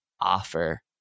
offer